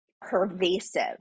pervasive